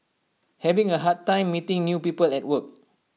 having A hard time meeting new people at work